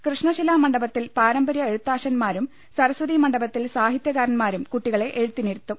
കൃഷ്ണശിലാ മണ്ഡപത്തിൽ പാരമ്പരൃ എഴുത്താശ്ശാൻമാരും സരസ്വതി മണ്ഡപത്തിൽ സാഹിത്യകാരന്മാരും കുട്ടികളെ എഴുത്തിനിരു ത്തും